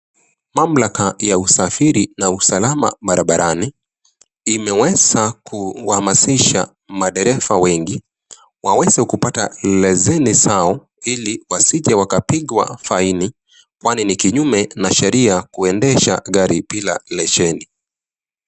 Mamlaka ya usafiri na usalama barabarani, imeweza kuwahamasisha madereva wengi waweze kupata leseni zao, ili wasije wakapigwa faini, kwani ni kinyume na sheria kuendesha gari bila leseni.